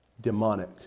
demonic